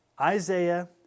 Isaiah